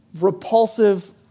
repulsive